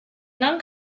non